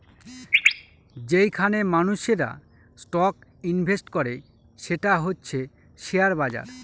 যেইখানে মানুষেরা stock invest করে সেটা হচ্ছে শেয়ার বাজার